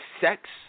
sex